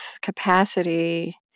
capacity